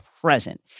present